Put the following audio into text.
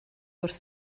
wrth